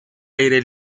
aire